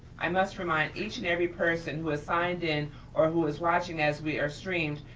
i must remind each and every person who has signed in or who is watching as we are streamed,